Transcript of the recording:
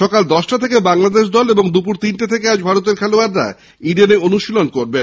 সকাল দশটা থেকে বাংলাদেশ এবং দুপুর তিনটে থেকে ভারতের খেলোয়াররা ইডেনে অনুশীলন করবেন